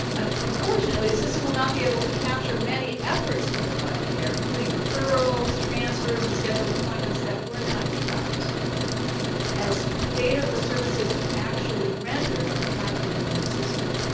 ah unfortunately, the system will not be able to capture many efforts to provide care, including referrals, transfers, and scheduled appointments that were not kept as data for services actually rendered are captured in the new system.